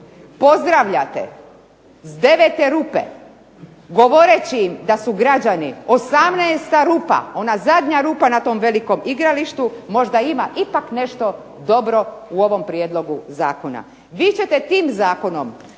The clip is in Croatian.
pozdravljate s 9 rupe govoreći im da su građani 18 rupa, ona zadnja rupa na tom velikom igralištu možda ima ipak nešto dobro u ovom prijedlogu zakona. Vi ćete tim zakonom